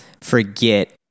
forget